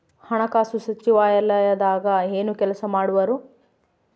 ಹಣಕಾಸು ಸಚಿವಾಲಯದಾಗ ಏನು ಕೆಲಸ ಮಾಡುವರು?